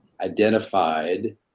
identified